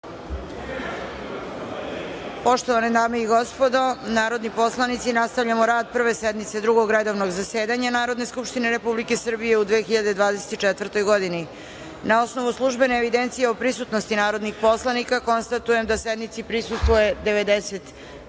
Poštovane dame i gospodo narodni poslanici, nastavljamo rad Prve sednice Drugog redovnog zasedanja Narodne skupštine Republike Srbije u 2024. godini. Na osnovu službene evidencije o prisutnosti narodnih poslanika, konstatujem da sednici prisustvuje 91